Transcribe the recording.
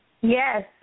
Yes